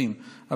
התש"ף 2020,